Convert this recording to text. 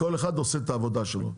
כל אחד עושה את העבודה שלו,